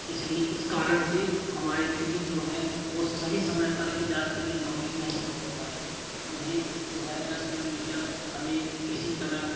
इसलिए इस कारण से हमारे दीदी जो है वो सही समय पर इलाज के लिए नहीं पहुँच पाए उन्हें जो है दस किलोमीटर हमें किसी तरह